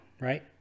right